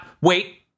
Wait